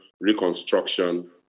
reconstruction